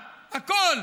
בכול,